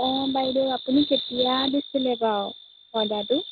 অঁ বাইদেউ আপুনি কেতিয়া দিছিলে বাৰু অৰ্ডাৰটো